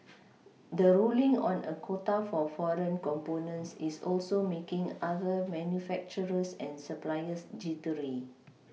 the ruling on a quota for foreign components is also making other manufacturers and suppliers jittery